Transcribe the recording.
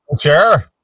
sure